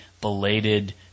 belated